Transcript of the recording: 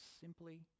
simply